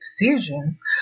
decisions